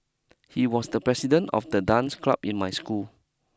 he was the president of the dance club in my school